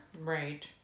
Right